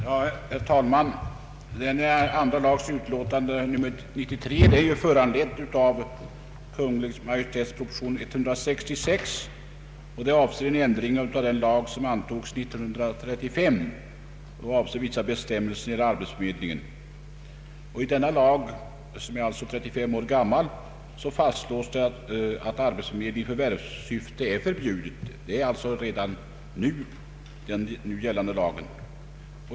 Herr talman! Andra lagutskottets utlåtande nr 93 är föranlett av Kungl. Maj:ts proposition nr 166 och avser en ändring av den lag med vissa bestämmelser om arbetsförmedling som antogs 1935. I denna lag, som alltså är 35 år gammal, fastslås att arbetsförmedling i förvärvssyfte är förbjuden. Det står alltså redan i den nu gällande lagen.